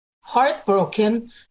heartbroken